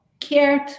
cared